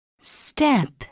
Step